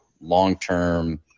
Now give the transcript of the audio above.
long-term